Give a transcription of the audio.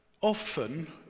Often